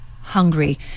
hungry